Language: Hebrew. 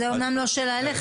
זו באמת לא שאלה אליך,